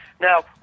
Now